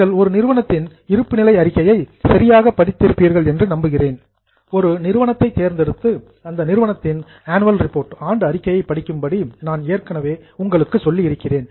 நீங்கள் ஒரு நிறுவனத்தின் பேலன்ஸ் ஷீட் இருப்புநிலை அறிக்கையை சரியாக படித்திருப்பீர்கள் என்று நம்புகிறேன் ஒரு நிறுவனத்தைத் தேர்ந்தெடுத்து அந்த நிறுவனத்தின் ஆனுவல் ரிப்போர்ட் ஆண்டு அறிக்கையை படிக்கும்படி நான் ஏற்கனவே உங்களுக்கு சொல்லி இருக்கிறேன்